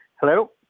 Hello